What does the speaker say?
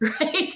right